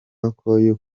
yuko